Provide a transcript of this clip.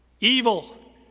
evil